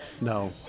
No